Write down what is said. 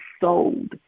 sold